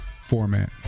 format